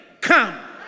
come